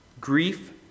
Grief